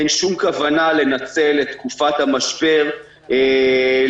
אין שום כוונה לנצל את תקופת המשבר לשימוש